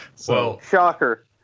Shocker